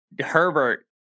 Herbert